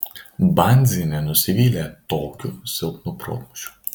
banzienė nusivylė tokiu silpnu protmūšiu